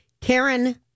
Karen